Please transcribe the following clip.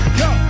go